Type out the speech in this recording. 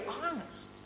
honest